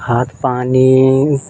खाद पानि